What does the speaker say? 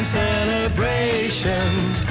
celebrations